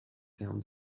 down